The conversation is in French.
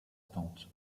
tante